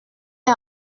est